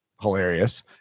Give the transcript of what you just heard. hilarious